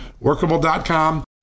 workable.com